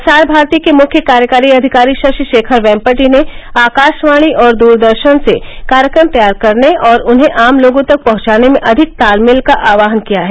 प्रसार भारती के मुख्य कार्यकारी अधिकारी शशि शेखर वेम्पटि ने आकाशवाणी और दूरदर्शन से कार्यक्रम तैयार करने और उन्हें आम लोगों तक पहुंचाने में अधिक तालमेल का आह्वान किया है